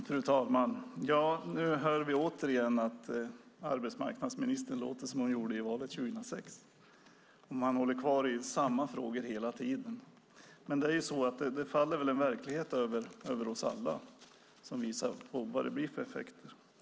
Fru talman! Nu hör vi återigen att arbetsmarknadsministern låter som hon gjorde i valet 2006. Man håller sig kvar i samma frågor hela tiden, men det är ju så att det faller en verklighet över oss alla som visar på vad det blir för effekter.